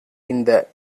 இந்த